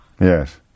yes